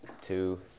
two